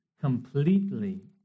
completely